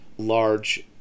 large